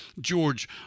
George